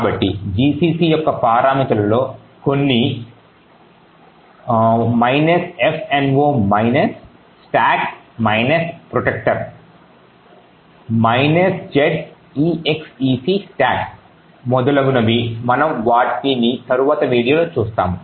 కాబట్టి gcc యొక్క పారామితులలో కొన్ని fno stack protector z execstack మొదలగునవి మనం వాటిని తరువాత వీడియోలో చూస్తాము